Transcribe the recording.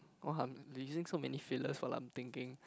!wah! I'm using so many fillers while I'm thinking